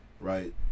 right